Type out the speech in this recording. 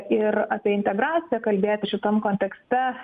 ir apie integraciją kalbėti šitam kontekste